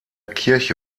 kirche